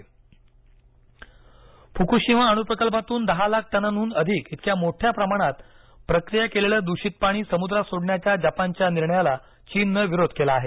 Japan Fukushima Fukushima अणु प्रकल्पातून दहा लाख टनांहून अधिक इतक्या मोठ्या प्रमाणात प्रक्रिया केलेले दुषित पाणी समुद्रात सोडण्याच्या जपानच्या निर्णयाला चीननं विरोध केला आहे